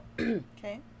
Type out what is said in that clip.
Okay